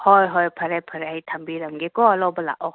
ꯍꯣꯏ ꯍꯣꯏ ꯐꯔꯦ ꯐꯔꯦ ꯑꯩ ꯊꯝꯕꯤꯔꯝꯒꯦꯀꯣ ꯂꯧꯕ ꯂꯥꯛꯑꯣ